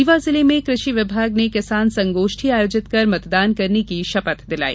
रीवा जिले में कृषि विभाग ने किसान संगोष्ठी आयोजित कर मतदान करने की शपथ दिलाई